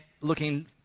looking